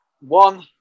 one